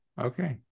Okay